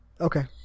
Okay